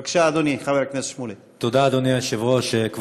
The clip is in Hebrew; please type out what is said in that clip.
בבקשה, אדוני, חבר הכנסת שמולי.